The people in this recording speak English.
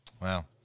Wow